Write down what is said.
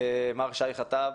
מר שי חטב,